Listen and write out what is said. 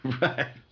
Right